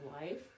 life